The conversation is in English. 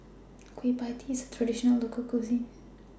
Kueh PIE Tee IS A Traditional Local Cuisine